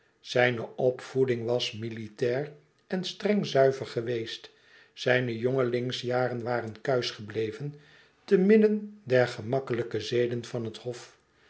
zijne opvoeding was militair en streng zuiver geweest zijne jongelingsjaren waren kuisch gebleven te midden der gemakkelijke zeden van het hof